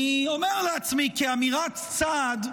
אני אומר לעצמי כאמירת צד,